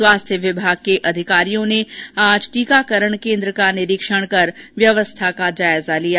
स्वास्थ्य विभाग के अधिकारियों ने आज टीकाकरण केन्द्र का निरीक्षण कर व्यवस्था का जायजा लिया